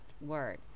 word